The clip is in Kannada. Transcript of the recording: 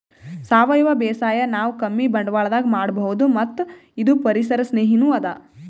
ಸಾವಯವ ಬೇಸಾಯ್ ನಾವ್ ಕಮ್ಮಿ ಬಂಡ್ವಾಳದಾಗ್ ಮಾಡಬಹುದ್ ಮತ್ತ್ ಇದು ಪರಿಸರ್ ಸ್ನೇಹಿನೂ ಅದಾ